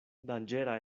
danĝera